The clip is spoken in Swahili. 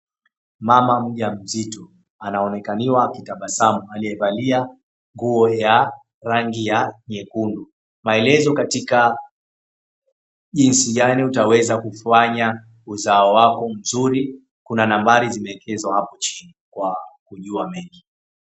Mama mjamzito anaonekaniwa akitabasamu aliyevalia nguo ya rangi ya nyekundu maelezo katika, jinsi gani utaweza kufanya uzao wako mzuri, kuna nambari zimewekezwa hapo chini kwa kujuwa mengi.